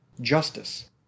justice